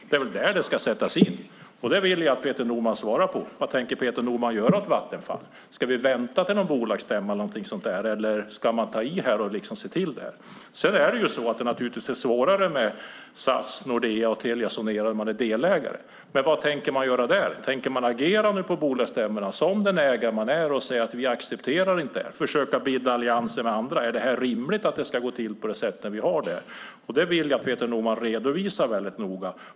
Det är där det ska sättas in, och det vill jag att Peter Norman svarar på: Vad tänker han göra åt Vattenfall? Ska vi vänta till bolagsstämman eller ska man ta i och se till detta? Sedan är det naturligtvis svårare med SAS, Nordea och Telia Sonera där man är delägare. Vad tänker man göra där? Tänker man agera på bolagsstämmorna som den ägare man är och säga att vi inte accepterar detta och försöka bilda allianser med andra? Är det rimligt att det ska gå till på det här sättet? Detta vill jag att Peter Norman redovisar väldigt noga.